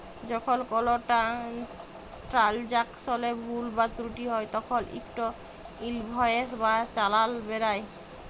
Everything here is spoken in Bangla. যখল কল ট্রালযাকশলে ভুল বা ত্রুটি হ্যয় তখল ইকট ইলভয়েস বা চালাল বেরাই